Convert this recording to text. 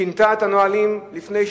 שינתה את הנהלים לפני שבועיים,